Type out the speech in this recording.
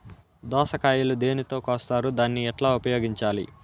దోస కాయలు దేనితో కోస్తారు దాన్ని ఎట్లా ఉపయోగించాలి?